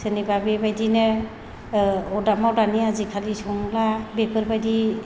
सोरनिबा बेबायदिनो अरदाबाव दानि आजिखालि संला बेफोरबायदि